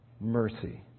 mercy